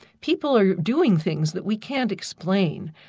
people are doing things that we can't explain,